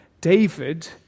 David